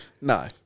No